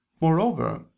Moreover